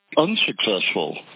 unsuccessful